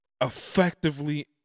effectively